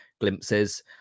glimpses